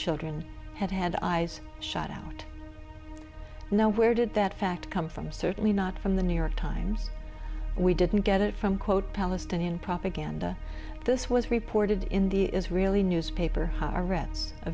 children had had eyes shot out and no where did that fact come from certainly not from the new york times we didn't get it from quote palestinian propaganda this was reported in the is really newspaper